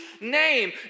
name